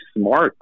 smart